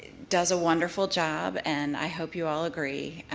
does a wonderful job and i hope y'all agree.